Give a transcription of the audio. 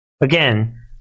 Again